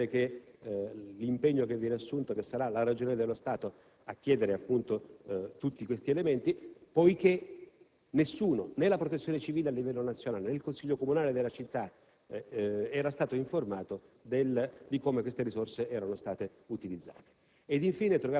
Ci fa piacere l'impegno che viene assunto, cioè che sarà la Ragioneria dello Stato a chiedere tutti questi elementi, poiché nessuno - né la Protezione civile a livello nazionale, né il Consiglio comunale della città - era stato informato di come queste risorse fossero state utilizzate.